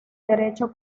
derecho